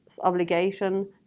obligation